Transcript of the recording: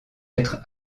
être